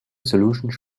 solutions